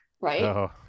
right